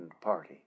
party